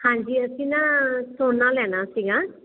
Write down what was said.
ਹਾਂਜੀ ਅਸੀਂ ਨਾ ਸੋਨਾ ਲੈਣਾ ਸੀਗਾ